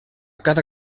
cada